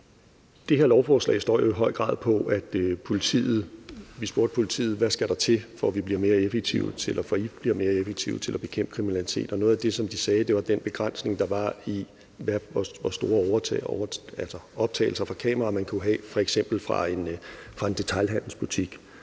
Det her lovforslag hviler jo i høj grad på, at vi spurgte politiet, hvad der skal til, for at de bliver mere effektive til at bekæmpe kriminalitet. Og noget af det, som de nævnte, var den begrænsning, der var i forhold til, hvor store optagelser fra kameraer man kunne have, f.eks. fra en detailhandelsbutik.